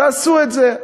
תעשו את זה.